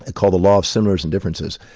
ah called the law of similars and differences,